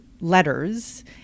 letters